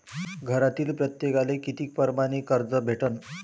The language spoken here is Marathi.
घरातील प्रत्येकाले किती परमाने कर्ज भेटन?